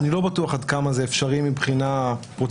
אני לא בטוח עד כמה זה אפשרי מבחינה פרוצדורלית,